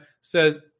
says